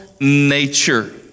nature